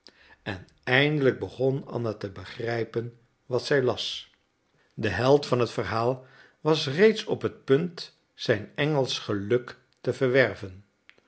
en eindelijk begon anna te begrijpen wat zij las de held van het verhaal was reeds op het punt zijn engelsch geluk te verwerven